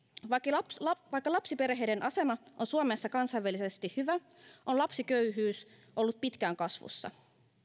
vaikka lapsiperheiden asema on suomessa kansainvälisesti hyvä on lapsiköyhyys ollut pitkään kasvussa